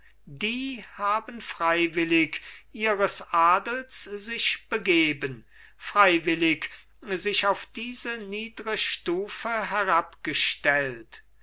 die haben freiwillig ihres adels sich begeben freiwillig sich auf diese niedre stufe herabgestellt